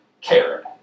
cared